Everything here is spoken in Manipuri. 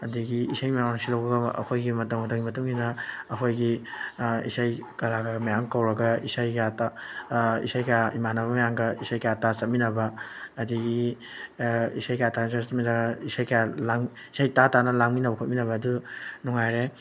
ꯑꯗꯒꯤ ꯏꯁꯩ ꯅꯣꯡꯃꯥꯏ ꯁꯤꯜꯂꯛꯄ ꯑꯩꯈꯣꯏꯒꯤ ꯃꯇꯝ ꯃꯇꯝꯒꯤ ꯃꯇꯨꯡ ꯏꯟꯅ ꯑꯩꯈꯣꯏꯒꯤ ꯏꯁꯩ ꯀꯥꯂꯥꯀꯥꯔ ꯃꯌꯥꯝ ꯀꯧꯔꯒ ꯏꯁꯩ ꯀꯌꯥ ꯏꯁꯩ ꯀꯌꯥ ꯏꯃꯥꯟꯅꯕ ꯃꯌꯥꯝꯒ ꯏꯁꯩ ꯀꯌꯥ ꯇꯥ ꯆꯠꯃꯤꯟꯅꯕ ꯑꯗꯒꯤ ꯏꯁꯩ ꯀꯌꯥ ꯇꯥ ꯆꯠꯃꯤꯟꯅ ꯏꯁꯩ ꯀꯌꯥ ꯏꯁꯩ ꯇꯥ ꯇꯥꯅ ꯂꯥꯡꯃꯤꯟꯅꯕ ꯈꯣꯠꯃꯤꯟꯅꯕ ꯑꯗꯨ ꯅꯨꯡꯉꯥꯏꯔꯦ